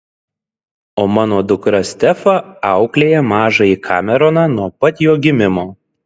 o mano dukra stefa auklėja mažąjį kameroną nuo pat jo gimimo